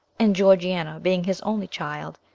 and georgiana being his only child,